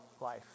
life